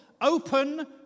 open